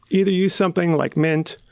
either use something like mint,